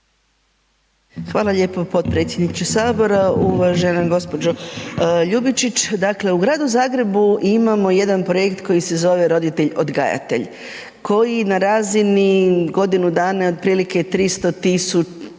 Hvala lijepo potpredsjedniče Sabora, uvažena gđo. Ljubičić. Dakle u gradu Zagrebu imamo jedan projekt koji se zove Roditelj-odgajatelj, koji na razini godinu dana i otprilike 300